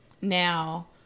Now